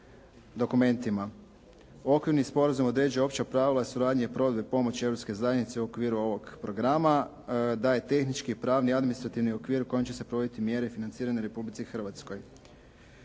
dokumentima. Okvirni sporazum određuje opća pravila suradnje i provedbe pomoći europske zajednice u okviru ovog programa da je tehnički, pravni i administrativni okvir kojim će se provoditi mjere financiranje u Republici Hrvatskoj.